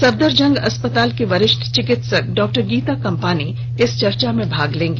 सफदरजंग अस्पताल की वरिष्ठ चिकित्सक डॉक्टर गीता कम्पानी इस चर्चा में भाग लेंगी